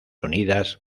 unidas